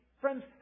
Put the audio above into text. friends